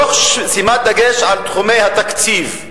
תוך שימת דגש על תחומי התקציב,